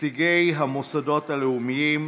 נציגי המוסדות הלאומיים,